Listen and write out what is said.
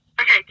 Okay